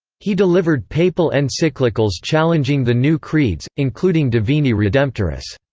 he delivered papal encyclicals challenging the new creeds, including divini redemptoris